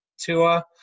Tua